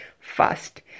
fast